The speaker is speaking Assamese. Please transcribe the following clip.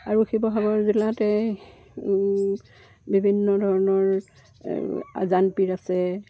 আৰু শিৱসাগৰ জিলাতে বিভিন্ন ধৰণৰ আজানপীৰ আছে